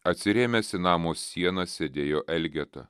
atsirėmęs į namo sieną sėdėjo elgeta